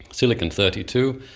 silicon thirty two,